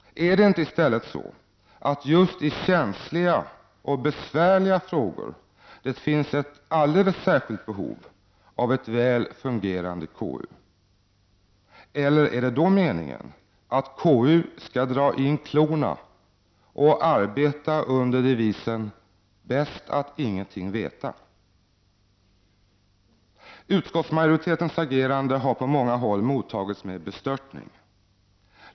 Är det inte i stället så att det just i känsliga och besvärliga frågor finns ett alldeles särskilt behov av ett väl fungerande KU? Eller är det i sådana fall meningen att KU skall dra in klorna och arbeta under devisen ”Bäst att ingenting veta”? Utskottsmajoritetens agerande har på många håll mottagits med bestörtning.